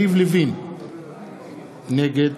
נגד